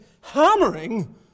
hammering